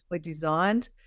designed